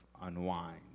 unwind